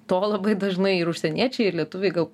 to labai dažnai ir užsieniečiai ir lietuviai gal